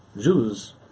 Jews